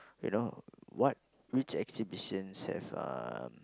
you know what which exhibitions have uh